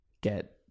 get